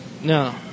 No